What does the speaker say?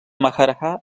maharajà